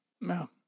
No